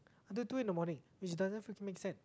until two in the morning which doesn't make sense